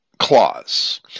clause